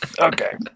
Okay